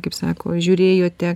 kaip sako žiūrėjote